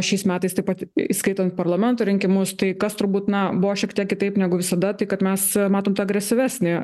šiais metais taip pat įskaitant parlamento rinkimus tai kas turbūt na buvo šiek tiek kitaip negu visada tai kad mes matom agresyvesnį